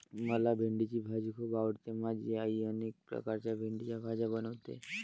मला भेंडीची भाजी खूप आवडते माझी आई अनेक प्रकारच्या भेंडीच्या भाज्या बनवते